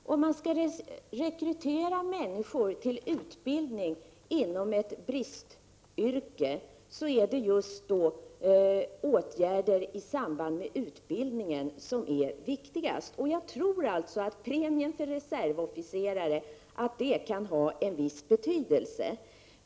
Herr talman! Om man skall rekrytera människor till utbildning inom ett bristyrke, så är det just åtgärder i samband med utbildningen som är viktigast. Jag tror alltså att premien för reservofficerare kan ha en viss betydelse.